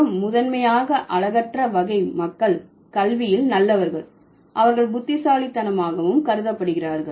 மற்றும் முதன்மையாக அழகற்ற வகை மக்கள் கல்வியில் நல்லவர்கள் அவர்கள் புத்திசாலித்தனமாகவும் கருதப்படுகிறார்கள்